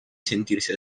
sentirsi